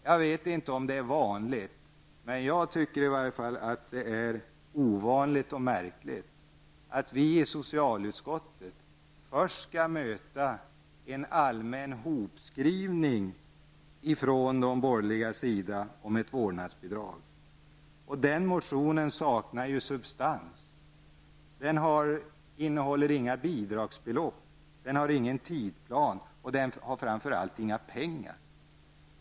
Jag vet inte om det är vanligt, men i varje fall jag tycker att det är ovanligt och märkligt att vi i socialutskottet från de borgerligas sida först får en allmän ihopskrivning om ett vårdnadsbidrag. Den motionen saknar ju substans. Den innehåller inga bidragsbelopp, den har ingen tidsplan och framför allt saknas pengar.